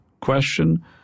question